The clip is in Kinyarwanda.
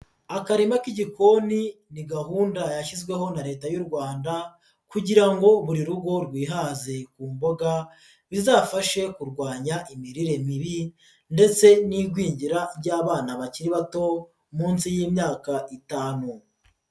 Akarima k'igikoni ni gahunda yashyizweho na Leta y'u Rwanda kugira ngo buri rugo rwihaze ku mboga, bizafashe kurwanya imirire mibi ndetse n'igwingira ry'abana bakiri bato munsi y'imyaka itanu.